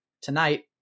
tonight